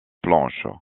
planches